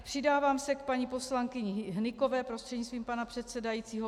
Přidávám se k paní poslankyni Hnykové prostřednictvím pana předsedajícího.